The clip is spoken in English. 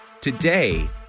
Today